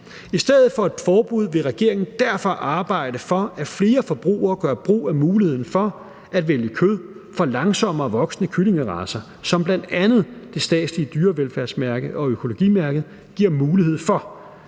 I stedet for et forbud vil regeringen derfor arbejde for, at flere forbrugere gør brug af muligheden for at vælge kød fra langsommerevoksende kyllingeracer, hvilket bl.a. det statslige dyrevelfærdsmærke og økologimærket giver mulighed for.